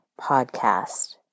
podcast